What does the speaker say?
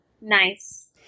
nice